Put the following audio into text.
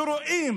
כשרואים